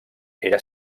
era